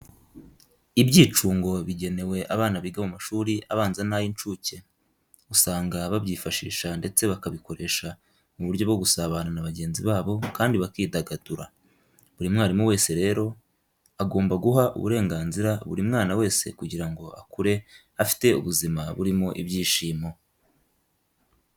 Ibyicungo bigenewe abana biga mu mashuri abanza n'ay'incuke, usanga babyifashisha ndetse bakabikoresha mu buryo bwo gusabana na bagenzi babo kandi bakidagadura. Buri mwarimu wese rero, agomba guha uburenganzira buri mwana wese kugira ngo akure afite ubuzima burimo ibyishimo.